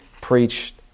preached